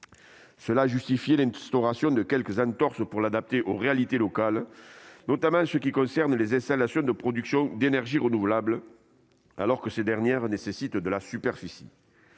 Cela a justifié quelques entorses pour l'adapter aux réalités locales, notamment en ce qui concerne les installations de production d'énergies renouvelables, ces dernières nécessitant de la superficie.